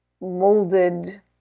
molded